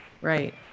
Right